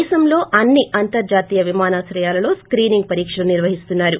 దేశంలో అన్ని అంతర్ణాతీయ విమానాశ్రయలలో స్కీనింగ్ పరీక్షలు నిర్వహిస్తున్నారు